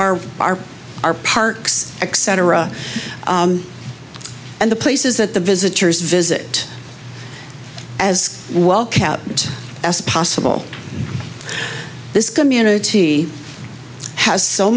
our our our parks etc and the places that the visitors visit as well as possible this community has so